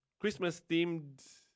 Christmas-themed